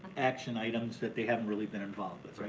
action items that they haven't really been involved with.